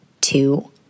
two